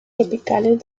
tropicales